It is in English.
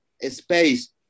space